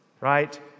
right